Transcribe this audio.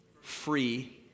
free